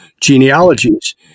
genealogies